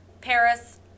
Paris